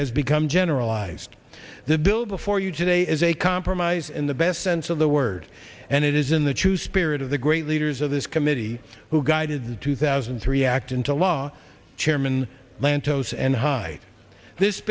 has become generalized the bill before you today is a compromise in the best sense of the word and it is in the true spirit of the great leaders of this committee who guided the two thousand and three act into law chairman lantos and high this